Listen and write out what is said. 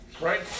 Right